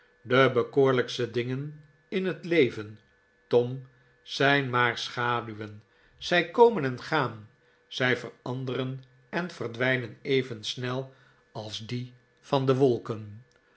de bekoorlijkste dingen in het leven tom zijn maar schaduwen zij komen en gaan zij veranderen en verdwijnen even snel als maarten chuzzlewit die van de wolken